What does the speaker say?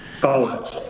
college